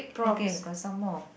okay got some more